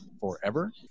Forever